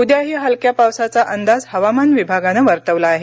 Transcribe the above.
उद्याही हलक्या पावसाचा अंदाज हवामान विभागानं वर्तवला आहे